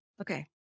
Okay